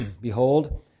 Behold